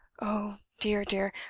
oh, dear, dear,